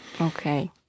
Okay